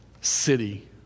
city